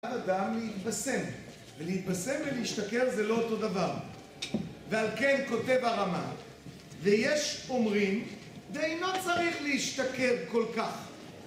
...אדם להתבשם, ולהתבשם ולהשתכר זה לא אותו דבר ועל כן כותב הרמה ויש אומרים, די לא צריך להשתכר כל כך